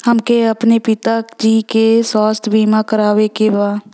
हमके अपने पिता जी के स्वास्थ्य बीमा करवावे के बा?